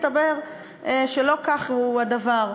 הסתבר שלא כך הוא הדבר.